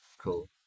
cool